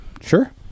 Sure